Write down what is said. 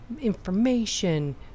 information